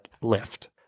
lift